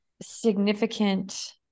Significant